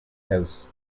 house